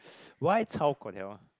why